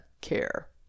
care